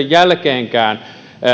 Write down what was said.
jälkeenkään